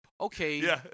Okay